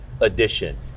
edition